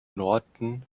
norden